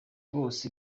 bose